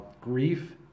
grief